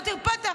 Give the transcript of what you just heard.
טרפדת?